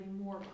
more